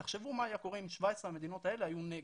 תחשבו מה היה קורה אם 17 המדינות האלה היו נגד.